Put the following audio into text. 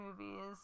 movies